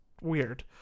weird